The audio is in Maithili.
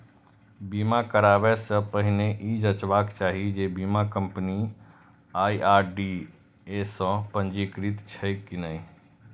बीमा कराबै सं पहिने ई जांचबाक चाही जे बीमा कंपनी आई.आर.डी.ए सं पंजीकृत छैक की नहि